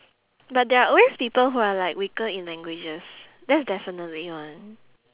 but there are always people who are like weaker in languages that's definitely one